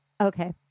Okay